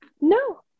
No